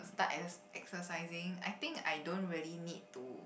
start exer~ exercising I think I don't really need to